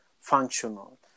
functional